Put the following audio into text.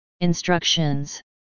Instructions